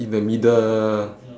in the middle